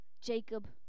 Jacob